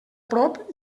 prop